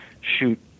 shoot